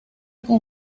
con